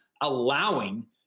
allowing